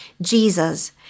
Jesus